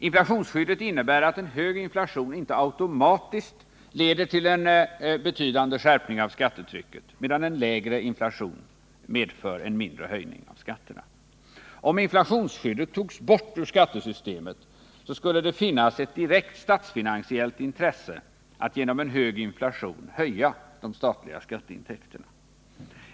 Inflationsskyddet innebär att en hög inflation inte automatiskt leder till en betydande skärpning av skattetrycket medan en lägre inflation medför en mindre höjning av skatterna. Om inflationsskyddet togs bort ur skattesystemet, skulle det finnas ett direkt statsfinansiellt intresse att genom en hög inflation höja de statliga skatteintäkterna.